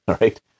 right